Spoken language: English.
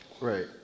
Right